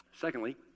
secondly